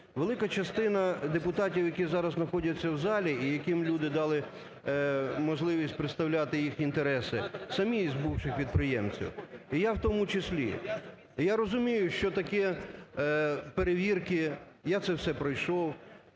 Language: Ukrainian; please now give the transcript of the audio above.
Велика частина депутатів, які зараз находяться в залі і яким люди дали можливість представляти їх інтереси, самі із бувших підприємців і я в тому числі. І я розумію, що таке перевірки, я це все пройшов.